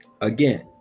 Again